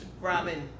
Robin